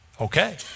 Okay